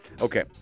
Okay